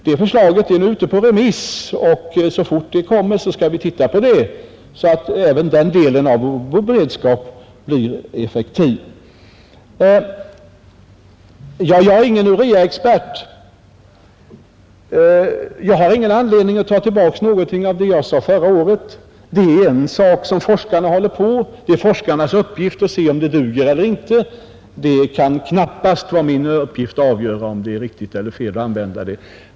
Det förslaget är nu ute på remiss och så snart det kommer skall vi titta på det, så att även den delen av vår beredskap blir effektiv. Jag är ingen ureaexpert, men jag har ingen anledning att ta tillbaks något av det jag sade förra året. Detta är en fråga som forskarna nu arbetar med, och det är deras sak att säga om ämnet duger eller inte. Det kan knappast vara min uppgift att avgöra om det är riktigt eller fel att använda det.